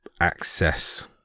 access